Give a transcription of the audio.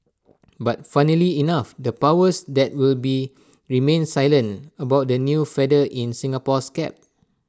but funnily enough the powers that would be remained silent about the new feather in Singapore's cap